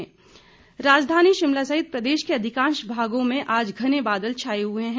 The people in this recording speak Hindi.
मौसम राजधानी शिमला सहित प्रदेश के अधिकांश भागों में आज घने बादल छाए हुए हैं